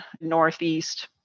northeast